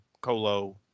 Colo